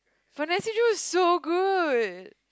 but Nancy-Drew is so good